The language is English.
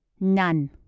None